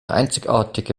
einzigartige